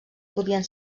podien